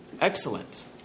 excellent